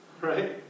right